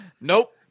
Nope